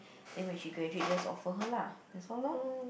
then when she graduate just offer her lah that's all lor